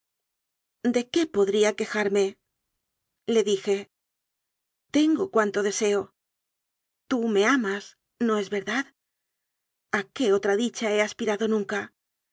de qué podría quejarme le dije tengo cuanto deseo tú me amas no es verdad a qué otra dicha he aspirado nunca